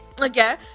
Okay